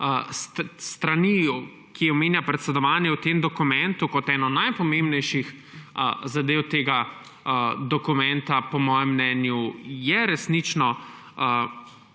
strani, ki omenjajo predsedovanje v tem dokumentu kot eno najpomembnejših zadev tega dokumenta, po mojem mnenju resnično